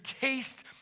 taste